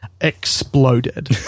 exploded